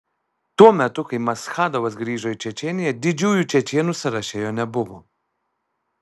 tuo metu kai maschadovas grįžo į čečėniją didžiųjų čečėnų sąraše jo nebuvo